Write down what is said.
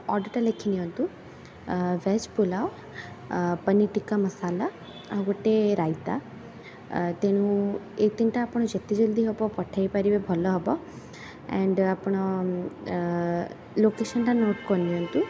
ଅର୍ଡ଼ର୍ଟା ଲେଖିନିଅନ୍ତୁ ଭେଜ୍ ପୁଲାଓ ପନିର ଟିକା ମସାଲା ଆଉ ଗୋଟେ ରାଇତା ତେଣୁ ଏ ତିନିଟା ଆପଣ ଯେତେ ଜଲଦି ହବ ପଠାଇ ପାରିବେ ଭଲ ହବ ଆଣ୍ଡ୍ ଆପଣ ଲୋକେସନ୍ଟା ନୋଟ୍ କରିନିଅନ୍ତୁ